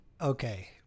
Okay